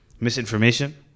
misinformation